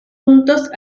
puntos